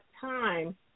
time